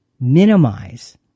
minimize